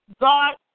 God